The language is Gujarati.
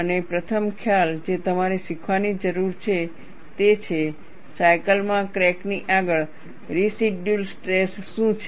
અને પ્રથમ ખ્યાલ જે તમારે શીખવાની જરૂર છે તે છે સાયકલમાં ક્રેક ની આગળ રેસિડયૂઅલ સ્ટ્રેસ શું છે